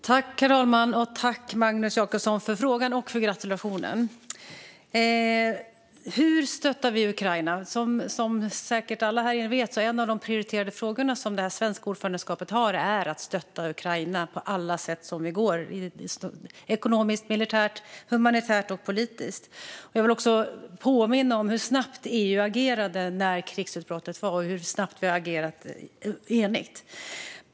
Herr talman! Tack, Magnus Jacobsson, för frågan och för gratulationen! Hur stöttar vi Ukraina? Som alla här inne säkert vet är en av de prioriterade frågorna för det svenska ordförandeskapet att stötta Ukraina på alla sätt som går - ekonomiskt, militärt, humanitärt och politiskt. Jag vill också påminna om hur snabbt EU agerade vid krigsutbrottet och hur snabbt vi har agerat enigt.